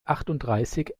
achtunddreißig